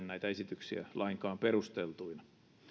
näitä esityksiä lainkaan perusteltuina